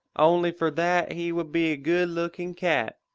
only for that he would be a good-looking cat.